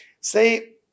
say